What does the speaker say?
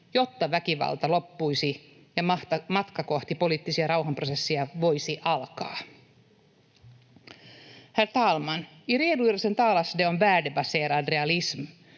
jotta väkivalta loppuisi ja matka kohti poliittisia rauhanprosesseja voisi alkaa. Herr talman! I redogörelsen talas det om värdebaserad realism.